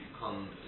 come